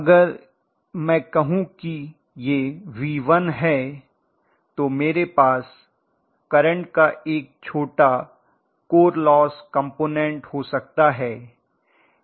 अगर मैं कहूं कि यह V1 है तो मेरे पास करंट का एक छोटा कोर लॉस कंपोनेंट हो सकता है